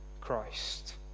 Christ